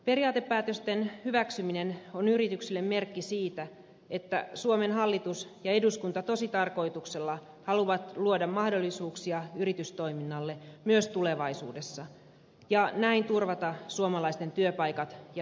periaatepäätösten hyväksyminen on yrityksille merkki siitä että suomen hallitus ja eduskunta tositarkoituksella haluavat luoda mahdollisuuksia yritystoiminnalle myös tulevaisuudessa ja näin turvata suomalaisten työpaikat ja hyvinvoinnin